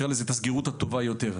הסגירות הטובה יותר.